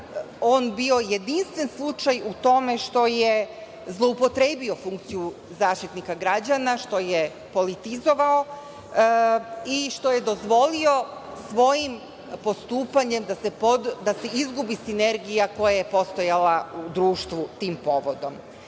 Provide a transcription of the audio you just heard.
on bio jedinstven slučaj u tome što je zloupotrebio funkciju Zaštitnika građana, što je politizovao i što je dozvolio svojim postupanjem da se izgubi sinergija koja je postojala u društvu tim povodom.